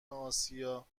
آسیا